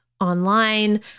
online